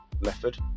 method